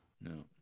No